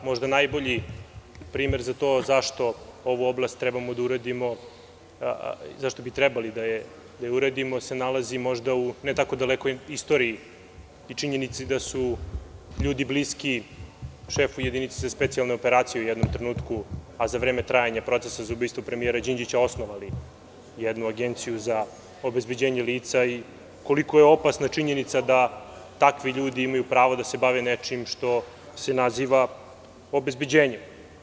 Možda najbolji primer za to zašto ovu oblast trebamo da uredimo se nalazi možda u ne tako dalekoj istoriji i činjenici da su ljudi bliski šefu jedinice za specijalne operacije u jednom trenutku, a za vreme trajanja procesa za ubistvo premijera Đinđića, osnovali jednu agenciju za obezbeđenja lica i koliko je opasna činjenica da takvi ljudi imaju pravo da se bave nečim što se naziva obezbeđenje.